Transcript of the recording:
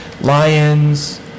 lions